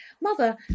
Mother